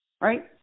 right